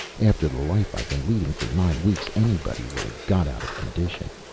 after the life i've been leading for nine weeks, anybody would have got out of condition.